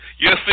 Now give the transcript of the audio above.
Yes